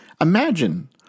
Imagine